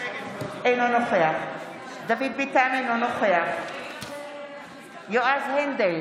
אינו נוכח דוד ביטן, אינו נוכח יועז הנדל,